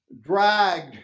dragged